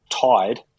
tied